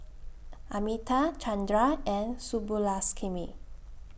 Amitabh Chandra and